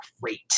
great